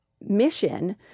mission